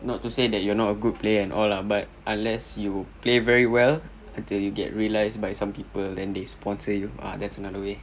not to say that you are not a good player and all lah but unless you play very well until you get realised by some people and they spunsor you ah that's another way